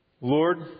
Lord